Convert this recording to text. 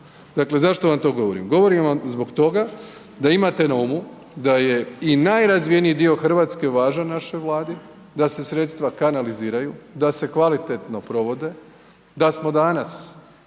Dakle zašto vam to govorim? Govorim vam zbog toga da imate na umu da je i najrazvijeniji dio Hrvatske važan našoj Vladi, da se sredstva kanaliziraju, da se kvalitetno provode, da smo danas